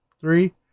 Three